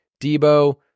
Debo